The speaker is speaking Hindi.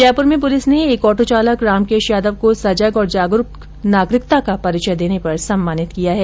जयपुर में पुलिस ने एक ऑटो चालक रामकेश यादव को सजग औरं जागरुक नागरिकता का परिचय देने पर सम्मानित किया हैं